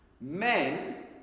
Men